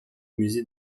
musée